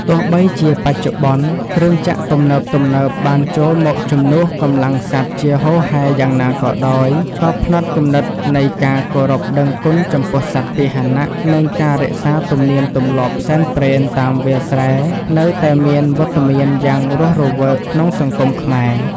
ទោះបីជាបច្ចុប្បន្ន គ្រឿងចក្រទំនើបៗបានចូលមកជំនួសកម្លាំងសត្វជាហូរហែយ៉ាងណាក៏ដោយ ក៏ផ្នត់គំនិតនៃការគោរពដឹងគុណចំពោះសត្វពាហនៈ និងការរក្សាទំនៀមទម្លាប់សែនព្រេនតាមវាលស្រែនៅតែមានវត្តមានយ៉ាងរស់រវើកក្នុងសង្គមខ្មែរ។